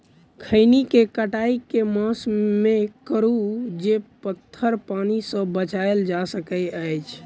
खैनी केँ कटाई केँ मास मे करू जे पथर पानि सँ बचाएल जा सकय अछि?